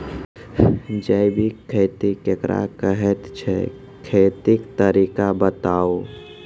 जैबिक खेती केकरा कहैत छै, खेतीक तरीका बताऊ?